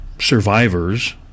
survivors